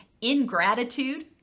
ingratitude